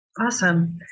Awesome